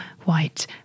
white